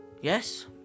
Yes